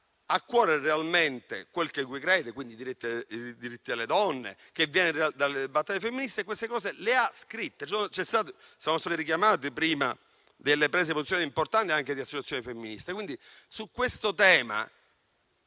a cuore realmente quel in cui crede, ossia i diritti delle donne, che viene dalle battaglie femministe e che queste cose le ha scritte. Sono state richiamate prima delle prese di posizione importanti anche di associazioni femministe. Su questo tema